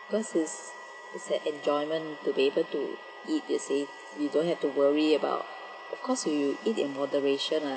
because it's it's an enjoyment to be able to eat you see you don't have to worry about of course you eat in moderation ah